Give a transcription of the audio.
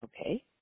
Okay